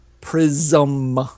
Prism